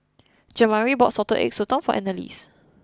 Jamari bought Salted Egg Sotong for Annalise